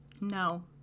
no